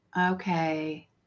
Okay